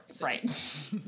right